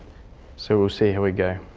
so we will see how we go.